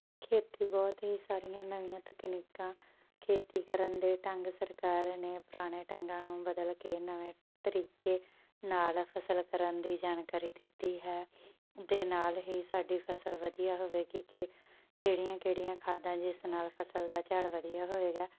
ਖੇਤੀ ਬਹੁਤ ਹੀ ਸਾਰੀਆਂ ਨਵੀਆਂ ਤਕਨੀਕਾਂ ਖੇਤੀ ਕਰਨ ਦੇ ਢੰਗ ਸਰਕਾਰ ਨੇ ਪੁਰਾਣੇ ਢੰਗਾਂ ਨੂੰ ਬਦਲ ਕੇ ਨਵੇਂ ਤਰੀਕੇ ਨਾਲ ਫਸਲ ਕਰਨ ਦੀ ਜਾਣਕਾਰੀ ਦਿੱਤੀ ਹੈ ਦੇ ਨਾਲ ਹੀ ਸਾਡੀ ਫਸਲ ਵਧੀਆ ਹੋਵੇਗੀ ਕਿ ਕਿਹੜੀਆਂ ਕਿਹੜੀਆਂ ਖਾਦਾਂ ਜਿਸ ਨਾਲ ਫਸਲ ਦਾ ਝਾੜ ਵਧੀਆ ਹੋਏਗਾ